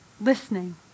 listening